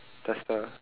does the